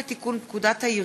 הצעת חוק לתיקון פקודת העיריות